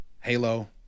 Halo